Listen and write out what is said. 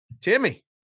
Timmy